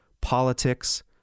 politics